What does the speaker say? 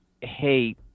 hey